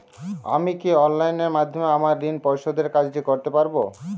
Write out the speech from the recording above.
আমি কি অনলাইন মাধ্যমে আমার ঋণ পরিশোধের কাজটি করতে পারব?